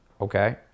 okay